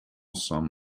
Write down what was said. sum